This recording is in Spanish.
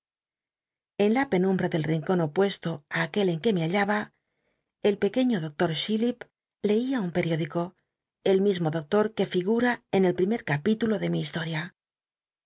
en la penumbra del incon opuesto ti acjuci en que me hnllaba el pequeño doctot chillip lcia un periódico cl tuismo doctot que figu ra en el primer capílulo de mi historia